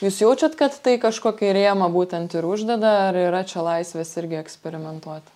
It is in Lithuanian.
jūs jaučiat kad tai kažkokį rėmą būtent ir uždeda ar yra čia laisvės irgi eksperimentuot